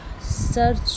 search